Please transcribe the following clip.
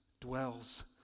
dwells